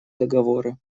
договоры